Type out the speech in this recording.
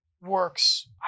works